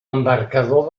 embarcador